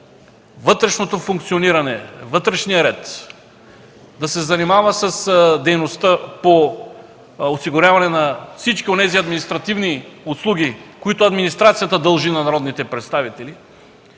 вътрешното функциониране, вътрешния ред, да се занимава с дейността по осигуряване на всички онези административни услуги, които администрацията дължи на народните представители